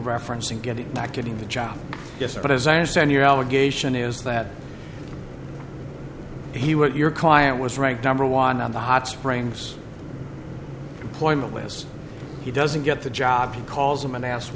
referencing getting not getting the job but as i understand your allegation is that he what your client was ranked number one on the hot springs employment last he doesn't get the job he calls them and asked